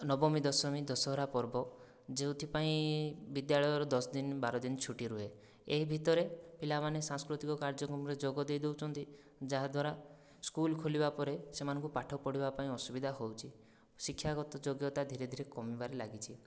ନବମୀ ଦଶମୀ ଦଶହରା ପର୍ବ ଯେଉଁଥିପାଇଁ ବିଦ୍ୟାଳୟର ଦଶଦିନ ବାରଦିନ ଛୁଟି ରୁହେ ଏହି ଭିତରେ ପିଲାମାନେ ସାଂସ୍କୃତିକ କାର୍ଯ୍ୟକ୍ରମରେ ଯୋଗ ଦେଇଦେଉଛନ୍ତି ଯାହାଦ୍ୱାରା ସ୍କୁଲ ଖୋଲିବାପରେ ସେମାନଙ୍କୁ ପାଠ ପଢ଼ିବାପାଇଁ ଅସୁବିଧା ହେଉଛି ଶିକ୍ଷାଗତ ଯୋଗ୍ୟତା ଧିରେ ଧିରେ କମିବାରେ ଲାଗିଛି